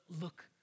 look